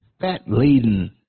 fat-laden